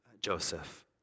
Joseph